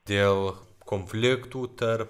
dėl konfliktų tarp